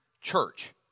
church